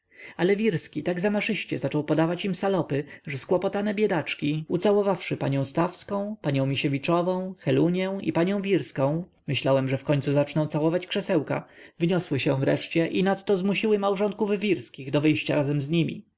ale wirski tak zamaszyście zaczął podawać im salopy że zkłopotane biedaczki ucałowawszy panią stawskę panią misiewiczowę helunię i panią wirskę myślałem że wkońcu zaczną całować krzesełka wyniosły się nareszcie i nadto zmusiły małżonków wirskich do wyjścia razem z nimi